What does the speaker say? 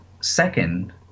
Second